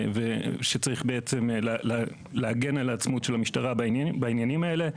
וצריך להגן על העצמאות של המשטרה בעניינים האלה.